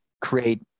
create